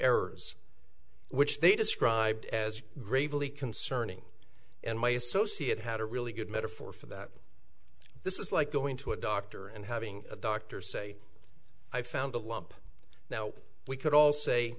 errors which they described as gravely concerning and my associate had a really good metaphor for that this is like going to a doctor and having a doctor say i found a lump now we could all say